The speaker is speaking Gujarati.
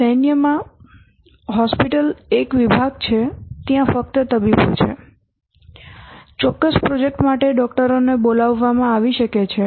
સૈન્યમાં હોસ્પિટલ એક વિભાગ છે ત્યાં ફક્ત તબીબો છે ચોક્કસ પ્રોજેક્ટ માટે ડોકટરોને બોલાવવામાં આવી શકે છે